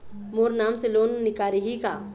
मोर नाम से लोन निकारिही का?